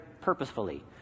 purposefully